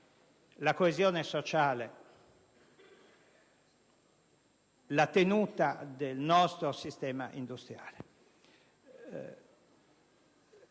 la coesione sociale, la tenuta del nostro sistema industriale.